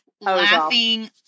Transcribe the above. laughing